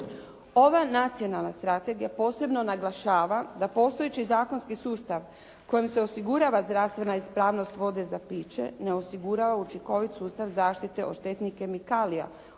Ova nacionalna strategija posebno naglašava da postojeći zakonski sustav kojim se osigurava zdravstvena ispravnost vode za piće ne osigurava učinkovit sustav zaštite od štetnih kemikalija